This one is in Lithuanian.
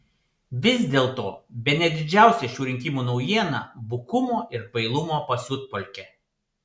vis dėlto bene didžiausia šių rinkimų naujiena bukumo ir kvailumo pasiutpolkė